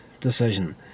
decision